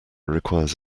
requires